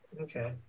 okay